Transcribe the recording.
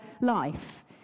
life